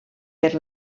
per